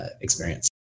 experience